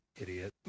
idiot